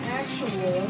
actual